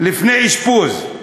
לפני אשפוז"?